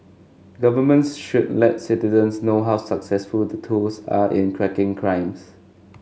governments should let citizens know how successful the tools are in cracking crimes